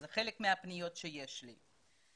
זה חלק מהפניות שיש אלי,